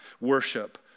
worship